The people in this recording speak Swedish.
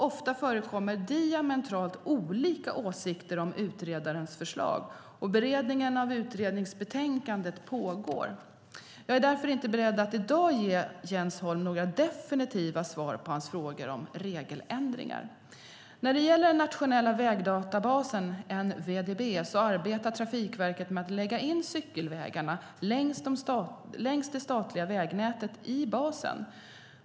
Ofta förekommer diametralt olika åsikter om utredarens förslag, och beredningen av utredningsbetänkandet pågår. Jag är därför inte beredd att i dag ge Jens Holm några definitiva svar på hans frågor om regeländringar. När det gäller den nationella vägdatabasen, NVDB, arbetar Trafikverket med att lägga in cykelvägarna längs det statliga vägnätet i basen.